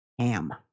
Ham